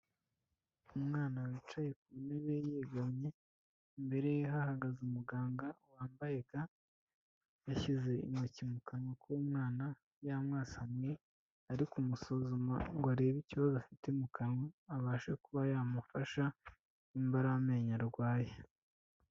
Umwana wicaye ku ntebe yegamye, imbere ye hahagaze umuganga wambaye ga, yashyize intoki mu kanwa k'umwana yamwasamuye, ari kumusuzuma ngo arebe ikibazo afite mu kanwa, abashe kuba yamufasha nimba ari amenyo arwaye.